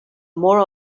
more